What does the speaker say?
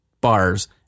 bars